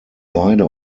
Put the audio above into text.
beide